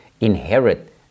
inherit